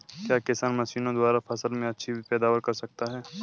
क्या किसान मशीनों द्वारा फसल में अच्छी पैदावार कर सकता है?